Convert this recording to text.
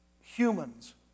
humans